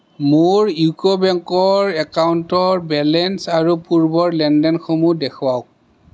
মোৰ ইউকো বেংকৰ একাউণ্টৰ বেলেঞ্চ আৰু পূৰ্বৰ লেনদেনসমূহ দেখুৱাওক